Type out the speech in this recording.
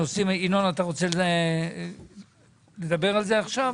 ינון, אתה רוצה לדבר על זה עכשיו?